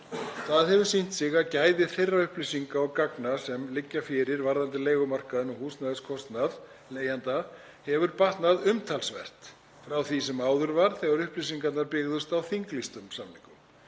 Það hefur sýnt sig að gæði þeirra upplýsinga og gagna sem liggja fyrir varðandi leigumarkaðinn og húsnæðiskostnað leigjenda hafa batnað umtalsvert frá því sem áður var þegar upplýsingarnar byggðust á þinglýstum samningum.